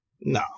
No